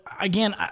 again